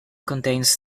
contains